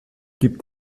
gibt